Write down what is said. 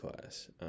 class